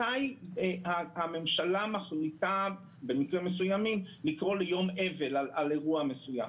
מתי הממשלה מחליטה לקרוא ליום אבל על אירוע מסוים.